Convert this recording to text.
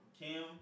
Kim